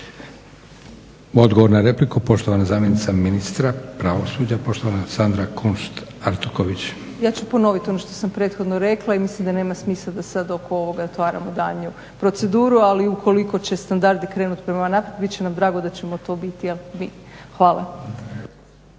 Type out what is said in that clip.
Odgovor na repliku poštovana zamjenica ministra pravosuđa poštovana Sandra Kunšt-Artuković. **Artuković Kunšt, Sandra** Ja ću ponoviti ono što sam prethodno rekle i mislim da nema smisla da sad oko ovoga otvaramo daljnju proceduru. Ali ukoliko će standardi krenuti prema naprijed bit će nam drago da ćemo to biti mi. Hvala.